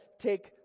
take